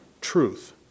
truth